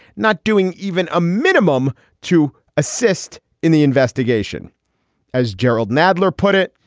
not doing even a minimum to assist in the investigation as jerrold nadler put it,